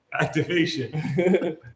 Activation